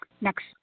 next